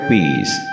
Peace